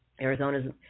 Arizona's